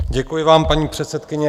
Děkuji vám, paní předsedkyně.